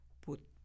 put